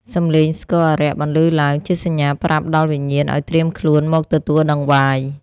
សំឡេងស្គរអារក្សបន្លឺឡើង ជាសញ្ញាប្រាប់ដល់វិញ្ញាណឱ្យត្រៀមខ្លួនមកទទួលដង្វាយ។